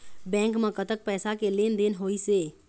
Bank म कतक पैसा के लेन देन होइस हे?